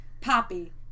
Poppy